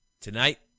Tonight